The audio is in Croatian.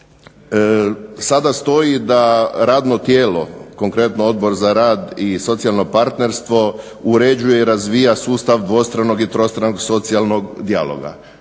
sada stoji da radno tijelo, konkretno Odbor za rad i socijalno partnerstvo, uređuje i razvija sustav dvostranog i trostranog socijalnog dijaloga.